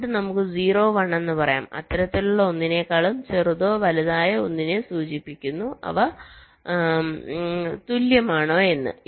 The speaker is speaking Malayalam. ഔട്ട്പുട്ട് നമുക്ക് 0 1 എന്ന് പറയാം അത്തരത്തിലുള്ള ഒന്നിനെക്കാളും ചെറുതോ വലുതോ ആയ ഒന്നിനെ സൂചിപ്പിക്കുന്നു അവ തുല്യമാണോ എന്ന്